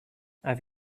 have